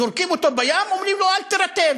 זורקים אותו לים ואומרים לו: אל תירטב.